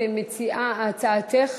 הצעתך?